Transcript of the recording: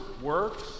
Works